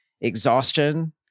exhaustion